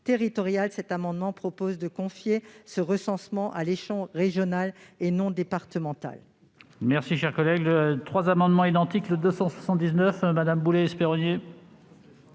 territoriale, cet amendement vise à confier ce recensement à l'échelon régional et non départemental.